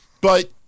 But-